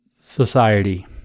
society